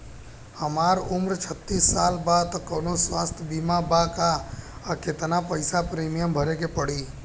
हमार उम्र छत्तिस साल बा त कौनों स्वास्थ्य बीमा बा का आ केतना पईसा प्रीमियम भरे के पड़ी?